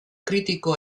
kritiko